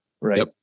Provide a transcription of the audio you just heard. Right